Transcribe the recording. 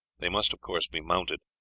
they must, of course, be mounted.